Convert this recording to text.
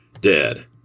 dead